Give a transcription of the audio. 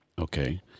Okay